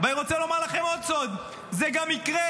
אני רוצה לומר לכם עוד סוד: זה גם יקרה,